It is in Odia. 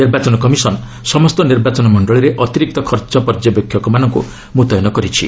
ନିର୍ବାଚନ କମିଶନ୍ ସମସ୍ତ ନିର୍ବାଚନ ମକ୍ଷଳୀରେ ଅତିରିକ୍ତ ଖର୍ଚ୍ଚ ପର୍ଯ୍ୟବେକ୍ଷକମାନଙ୍କୁ ମୁତୟନ କରିଛି